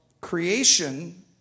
creation